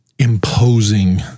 imposing